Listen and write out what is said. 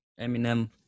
Eminem